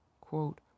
quote